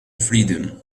freedom